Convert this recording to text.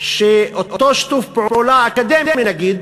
שאותו שיתוף פעולה אקדמי, נגיד,